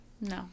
No